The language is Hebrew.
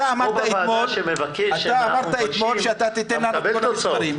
אתה אמרת אתמול שאתה תיתן לנו את המספרים.